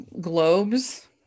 globes